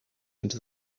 into